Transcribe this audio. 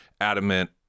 adamant